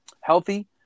healthy